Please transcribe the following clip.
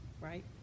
Right